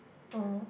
orh